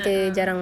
a'ah